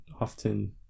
often